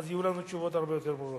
אז יהיו לנו תשובות הרבה יותר ברורות.